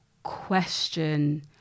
question